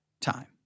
time